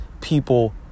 people